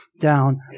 down